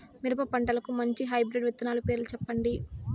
మిరప పంటకు మంచి హైబ్రిడ్ విత్తనాలు పేర్లు సెప్పండి?